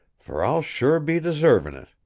for i'll sure be deservin' it.